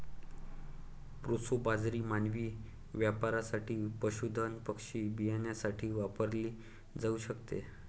proso बाजरी मानवी वापरासाठी, पशुधन पक्षी बियाण्यासाठी वापरली जाऊ शकते